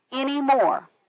anymore